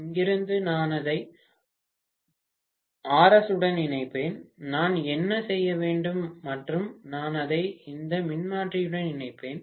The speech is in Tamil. இங்கிருந்து நான் அதை RS உடன் இணைப்பேன் நான் என்ன செய்ய வேண்டும் மற்றும் நான் அதை இந்த மின்மாற்றியுடன் இணைப்பேன்